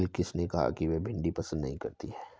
बिलकिश ने कहा कि वह भिंडी पसंद नही करती है